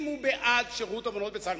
אם הוא בעד שירות הבנות בצה"ל,